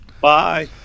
Bye